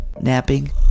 napping